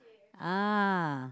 ah